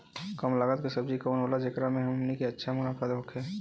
कम लागत के सब्जी कवन होला जेकरा में हमनी के अच्छा मुनाफा होखे?